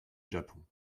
japon